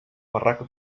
barraca